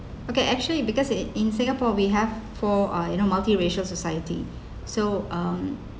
okay actually because in in singapore we have four uh you know multiracial society so um